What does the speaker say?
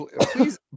Please